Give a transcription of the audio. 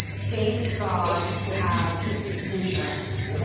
thank god we have insurance.